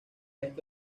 esto